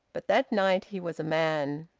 but that night he was a man.